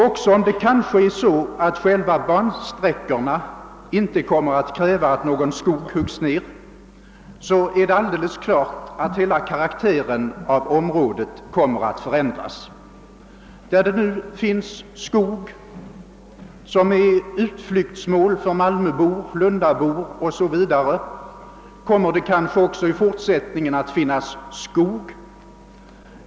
Även om det kanske förhåller sig på det sättet, att själva bansträckorna inte kommer att kräva att någon skog huggs ned, är det alldeles klart att hela karaktären av området kommer att förändras. Där det nu finns skog som är utflyktsmål för malmöbor, lundabor o.s.v. kommer det kanske också i fortsättningen att finnas skog.